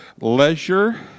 leisure